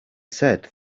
said